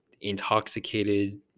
intoxicated